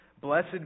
Blessed